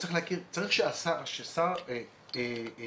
צריך ששר החינוך,